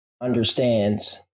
understands